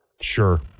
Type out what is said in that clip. sure